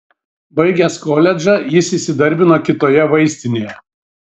baigęs koledžą jis įsidarbino kitoje vaistinėje